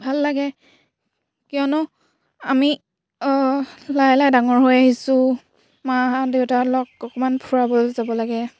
ভাল লাগে কিয়নো আমি লাহে লাহে ডাঙৰ হৈ আহিছোঁ মা দেউতাসকলক অকণমান ফুৰাবলৈ যাব লাগে